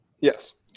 Yes